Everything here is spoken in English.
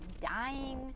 dying